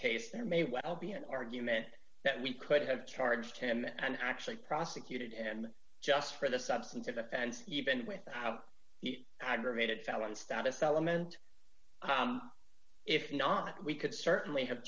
there may well be an argument that we could have charged him and actually prosecuted him just for the substantive offense even with the aggravated felony status element if not we could certainly have